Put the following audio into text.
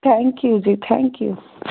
thank you ji thank you